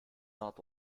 not